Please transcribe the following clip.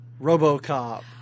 RoboCop